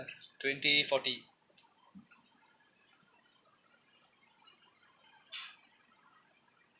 twenty forty